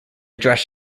dress